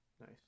Nice